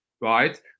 right